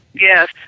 Yes